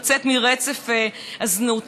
לצאת מרצף הזנות.